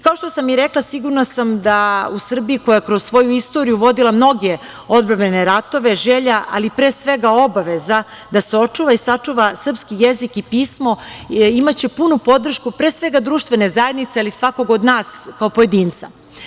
Kao što sam i rekla, sigurna sam da u Srbiji koja je kroz svoju istoriju vodila mnoge odbrambene ratove, želja, ali pre svega, obaveza da se očuva i sačuva srpski jezik i pismo imaće punu podršku pre svega društvene zajednice, ali i svakog od nas kao pojedinca.